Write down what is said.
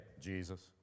Jesus